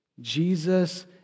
Jesus